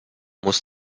muss